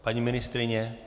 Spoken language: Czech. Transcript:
Paní ministryně?